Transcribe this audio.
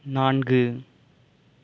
நான்கு